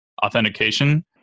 authentication